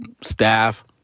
staff